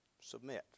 submit